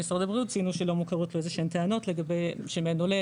במשרד הבריאות ציינו שגם מוכרות פה איזה שהן טענות שמהן עולה